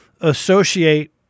associate